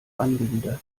angewidert